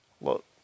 Look